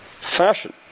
fashion